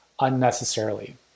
unnecessarily